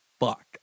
Fuck